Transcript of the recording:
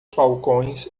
falcões